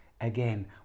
again